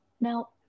now